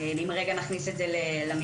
אם לרגע נכניס את למשוואה.